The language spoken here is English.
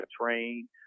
train